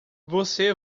você